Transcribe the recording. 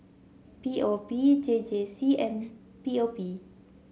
P O P J J C and P O P